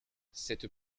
cette